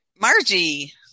Margie